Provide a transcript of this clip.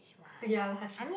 ya lah she